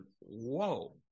whoa